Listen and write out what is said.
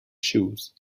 shoes